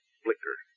flicker